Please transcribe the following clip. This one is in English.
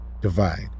divide